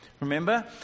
remember